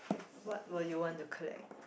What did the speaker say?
what will you want to collect